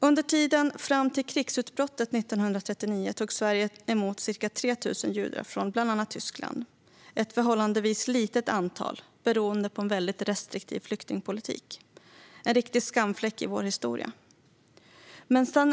Under tiden fram till krigsutbrottet 1939 tog Sverige emot ca 3 000 judar från bland annat Tyskland. Det var ett förhållandevis litet antal, beroende på en restriktiv flyktingpolitik. Det är en riktig skamfläck i vår historia.